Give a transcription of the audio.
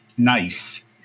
nice